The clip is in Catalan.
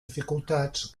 dificultats